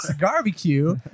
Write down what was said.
barbecue